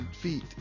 feet